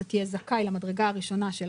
אתה תהיה זכאי למדרגה הראשונה של